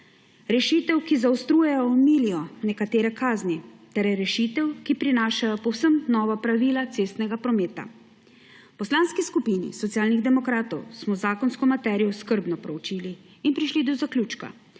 rešitev, ki zaostrujejo, omilijo nekatere kazni, ter rešitev, ki prinašajo povsem nova pravila cestnega prometa. V Poslanski skupini Socialnih demokratov smo zakonsko materijo skrbno proučili in prišli do zaključka,